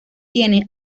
tiene